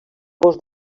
gos